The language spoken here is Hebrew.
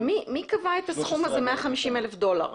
אבל מי קבע את הסכום הזה 150,000 דולר?